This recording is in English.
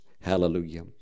Hallelujah